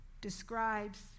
describes